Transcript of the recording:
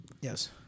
Yes